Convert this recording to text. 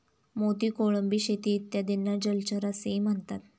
मोती, कोळंबी शेती इत्यादींना जलचर असेही म्हणतात